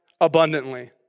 abundantly